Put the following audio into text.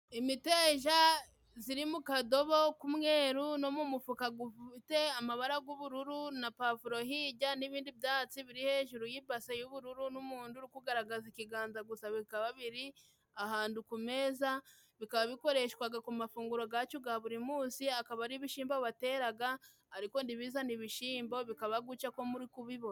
Imiteja ziri mu kadobo k'umweru, no mu mufuka gufite amabara g'ubururu, na pavuro hirya n'ibindi byatsi biri hejuru y'ibase y'ubururu, n'umuntu uri kugaragaza ikiganza gusa, bikaba biri ahantu ku meza, bikaba bikoreshwaga ku mafunguro gacu ga buri munsi, akaba ari ibishimbo bateraga ariko ntibizana ibishimbo, bikaba guca ko muri kubibona.